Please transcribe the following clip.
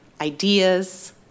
ideas